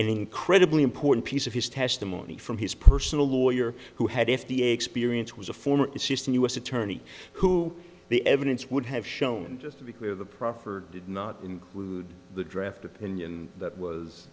incredibly important piece of his testimony from his personal lawyer who had if the experience was a former assistant u s attorney who the evidence would have shown just to be clear the proffer did not include the draft opinion that was